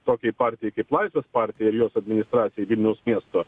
tokiai partijai kaip laisvės partija ir jos administracijai vilniaus miesto